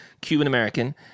Cuban-American